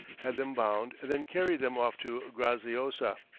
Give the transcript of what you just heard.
had them bound, and then carried them off to graziosa.